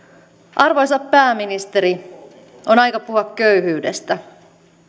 arvoisa pääministeri on aika puhua köyhyydestä